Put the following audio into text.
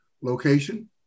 location